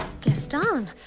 Gaston